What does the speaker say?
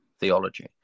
theology